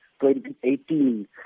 2018